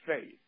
faith